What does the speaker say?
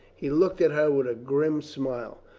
he looked at her with a grim smile.